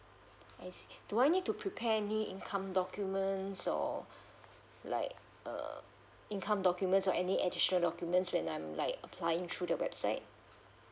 I see do I need to prepare any income documents or like uh income documents or any additional documents when I'm like applying through the website